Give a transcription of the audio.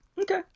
Okay